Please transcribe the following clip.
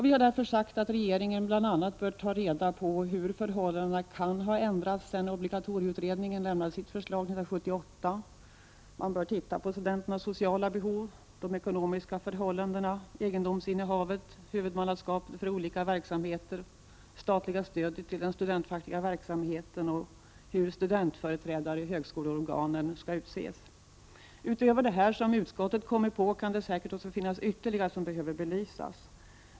Vi har därför sagt att regeringen bl.a. bör ta reda på hur förhållandena kan ha ändrats sedan obligatorieutredningen lämnade sitt förslag 1978. Man bör titta på studenternas sociala behov, de ekonomiska förhållandena, egendomsinnehavet, huvudmannaskapet för olika verksamheter, det statliga stödet till den studentfackliga verksamheten och hur studentföreträdare i högskoleorganen skall utses. Utöver detta som utskottet tagit upp, kan det säkert också finnas ytterligare saker som behöver belysas.